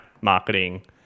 marketing